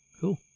cool